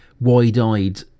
wide-eyed